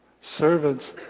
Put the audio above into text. Servants